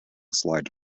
slide